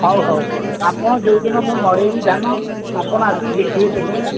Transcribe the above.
ହଉ ହଉ ଆପଣ ଯେଉଁ ଦିନ ମୁଁ ମଡ଼େଇବି ଧାନ ଆପଣ ଆସିକି ଦେଖିବେ ସେହିଦିନ ଆଉ